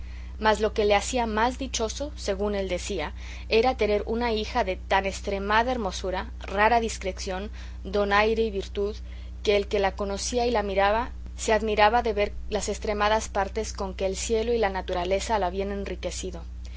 mas lo que le hacía más dichoso según él decía era tener una hija de tan estremada hermosura rara discreción donaire y virtud que el que la conocía y la miraba se admiraba de ver las estremadas partes con que el cielo y la naturaleza la habían enriquecido